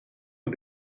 est